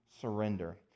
surrender